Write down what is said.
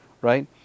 right